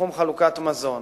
בתחום חלוקת מזון.